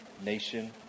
nation